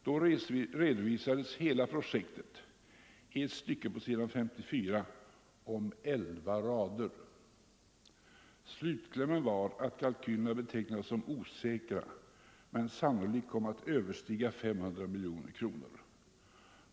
Där redovisades hela projektet i ett stycke om elva rader på s. 54. Slutklämmen var att kalkylerna betecknats som osäkra men sannolikt kom ”att överstiga 500 miljoner kronor”.